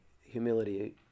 humility